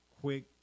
quick